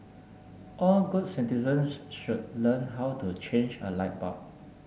all good citizens should learn how to change a light bulb